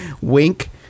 Wink